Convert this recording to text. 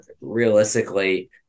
realistically